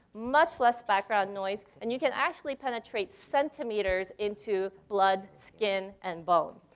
much less background noise, and you can actually penetrate centimeters into blood, skin, and bone.